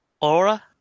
Aura